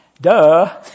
Duh